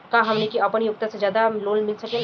का हमनी के आपन योग्यता से ज्यादा लोन मिल सकेला?